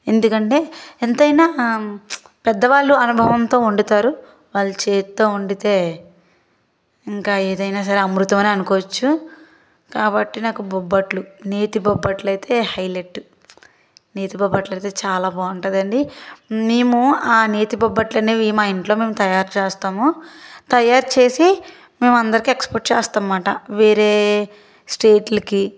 ఎందుకంటే ఎంతైనా పెద్దవాళ్ళు అనుభవంతో వండుతారు వాళ్ల చేత్తో వండితే ఇంకా ఏదైనా సరే అమృతం అనే అనుకోవచ్చు కాబట్టి నాకు బొబ్బట్లు నేతి బొబ్బట్లు అయితే హైలైట్ నేతి బొబ్బట్లు అయితే చాలా బాగుంటుంది అండి మేము ఆ నేతి బొబ్బట్లు అనేవి మా ఇంట్లో మేము తయారు చేస్తాము తయారుచేసి మేము అందరికీ ఎక్స్పోర్ట్ చేస్తాం అనమాట వేరే స్టేట్లకి